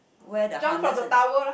where the harness in